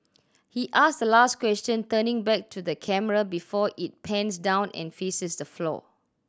he ask the last question turning back to the camera before it pans down and faces the floor